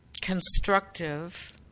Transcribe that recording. constructive